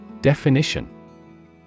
Definition